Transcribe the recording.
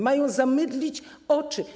Mają zamydlić oczy.